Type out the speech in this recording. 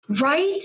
Right